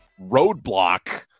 Roadblock